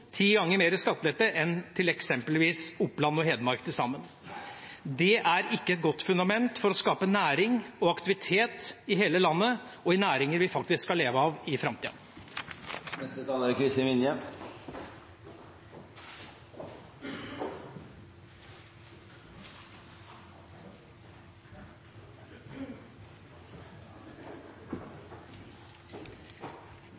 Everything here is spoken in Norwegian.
ti ganger mer skattelette enn eksempelvis Oppland og Hedmark til sammen. Det er ikke et godt fundament for å skape næring og aktivitet i hele landet og næringer vi faktisk skal leve av i framtida. Det er